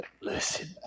Listen